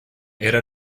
era